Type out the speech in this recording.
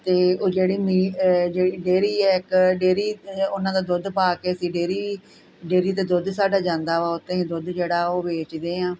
ਅਤੇ ਉਹ ਜਿਹੜੀ ਮੀ ਜਿਹੜੀ ਡੇਰੀ ਹੈ ਇੱਕ ਡੇਰੀ ਉਨ੍ਹਾਂ ਦਾ ਦੁੱਧ ਪਾ ਕੇ ਅਸੀਂ ਡੇਰੀ ਡੇਰੀ ਦਾ ਦੁੱਧ ਸਾਡਾ ਜਾਂਦਾ ਵਾ ਉੱਥੇ ਅਸੀਂ ਦੁੱਧ ਜਿਹੜਾ ਉਹ ਵੇਚਦੇ ਹਾਂ